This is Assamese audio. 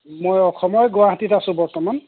মই অসমৰে গুৱাহাটীত আছোঁ বৰ্তমান